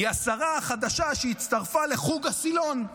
היא השרה החדשה שהצטרפה לחוג הסילון.